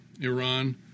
Iran